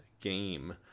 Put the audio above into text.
game